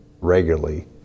regularly